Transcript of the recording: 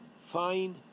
fine